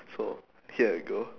so here I go